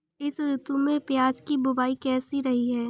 इस ऋतु में प्याज की बुआई कैसी रही है?